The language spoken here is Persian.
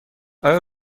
آیا